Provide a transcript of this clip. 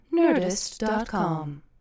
Nerdist.com